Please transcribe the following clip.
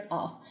off